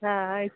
ಹಾಂ ಆಯಿತು